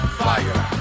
fire